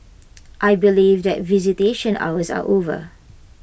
I believe that visitation hours are over